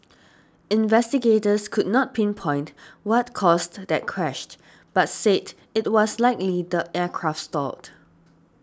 investigators could not pinpoint what caused that crashed but said it was likely the aircraft stalled